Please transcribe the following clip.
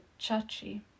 chachi